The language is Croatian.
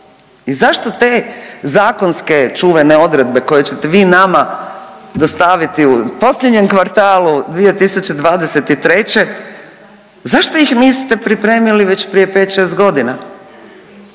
I zašto te zakonske čuvene odredbe koje ćete vi nama dostaviti u posljednjem kvartalu 2023., zašto ih niste pripremili već prije 5-6 godina?